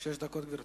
שש דקות, גברתי.